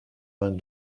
vingt